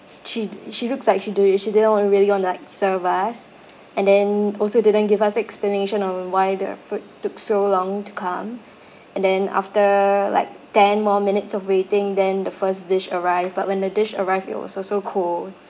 she she looks like she d~ she didn't wanna really wanna like serve us and then also didn't give us the explanation on why the food took so long to come and then after like ten more minutes of waiting then the first dish arrived but when the dish arrived it was also cold